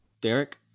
Derek